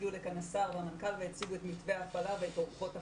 הגיעו לכאן השר והמנכ"ל והציגו את מתווה ההפעלה ואת אורחות החיים,